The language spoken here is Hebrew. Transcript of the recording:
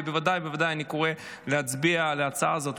ובוודאי ובוודאי אני קורא להצביע להצעה הזאת.